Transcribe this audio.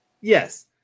Yes